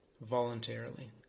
voluntarily